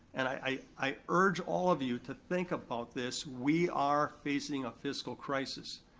and i i urge all of you to think about this, we are facing a fiscal crisis.